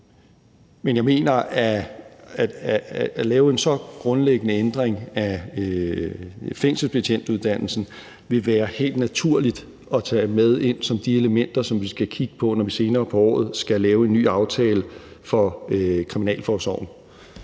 Men jeg mener, at det at lave en så grundlæggende ændring af fængselsbetjentuddannelsen vil være helt naturligt at tage med ind som et element, vi skal kigge på, når vi senere på året skal lave en ny aftale for kriminalforsorgen.